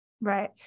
Right